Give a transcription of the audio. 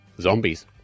zombies